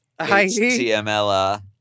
HTML